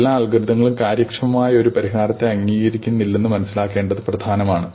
എല്ലാ അൽഗോരിതങ്ങളും കാര്യക്ഷമമായ ഒരു പരിഹാരത്തെ അംഗീകരിക്കുന്നില്ലെന്ന് മനസ്സിലാക്കേണ്ടത് പ്രധാനമാണ്